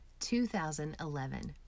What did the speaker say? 2011